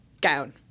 gown